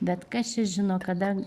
bet kas čia žino kada